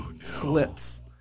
slips